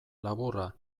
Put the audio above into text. laburra